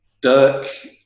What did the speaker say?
Dirk